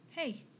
Hey